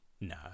No